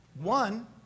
One